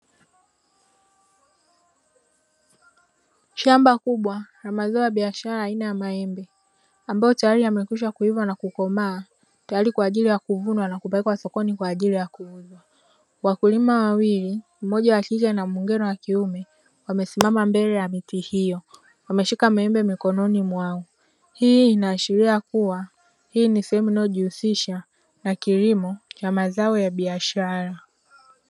Shamba kubwa la mazao ya biashara ya aina ya maembe, ambayo tayari yamekwisha kuiva na kukomaa; tayari kwa ajili ya kuvunwa na kupelekwa sokoni kwa ajili ya kuuzwa. Wakulima wawili; mmoja wa kike na mwingine wa kiume, wamesimama mbele ya miti hiyo, wameshika maembe mikononi mwao. Hii inaashiria kuwa hii ni sehemu inayojihusisha na kilimo cha biashara.